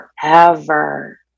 forever